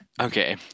Okay